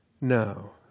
No